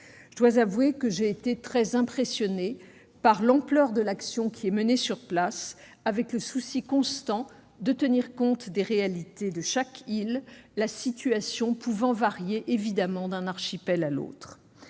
Je dois avouer que j'ai été très impressionnée par l'ampleur de l'action qui est menée sur place, avec le souci constant de tenir compte des réalités de chaque île, la situation pouvant varier d'un archipel à l'autre.